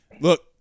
Look